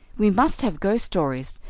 we must have ghost stories,